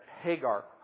Hagar